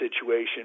situation